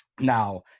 Now